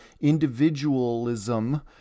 individualism